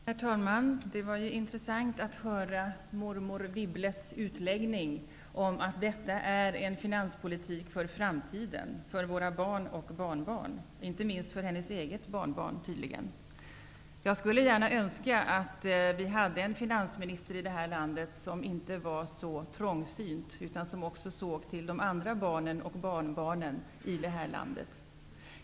Herr talman! Det var intressant att höra mormor Wibbles utläggning om att detta är en finanspolitik för framtiden, för våra barn och barnbarn, inte minst för hennes eget barnbarn tydligen. Jag skulle gärna önska att vi hade en finansminister i det här landet som inte var så trångsynt utan som också såg till andras barn och barnbarn.